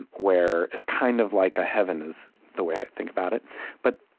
where it's kind of like a heaven, is the way i think about it but